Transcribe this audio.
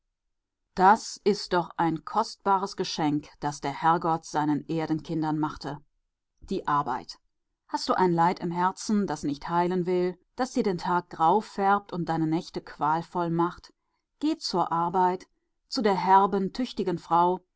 das ist doch ein kostbares geschenk das der herrgott seinen erdenkindern machte die arbeit hast du ein leid im herzen das nicht heilen will das dir den tag grau färbt und deine nächte qualvoll macht geh zur arbeit zu der herben tüchtigen frau